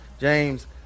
James